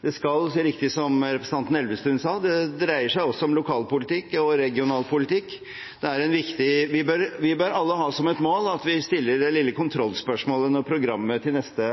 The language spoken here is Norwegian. Det er riktig som representanten Elvestuen sa, det dreier seg også om lokalpolitikk og regionalpolitikk. Vi bør alle ha som et mål at vi stiller det lille kontrollspørsmålet når programmet til neste